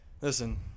Listen